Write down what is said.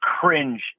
cringe